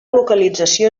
localització